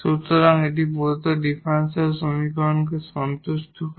সুতরাং এটি প্রদত্ত ডিফারেনশিয়াল সমীকরণকে সন্তুষ্ট করবে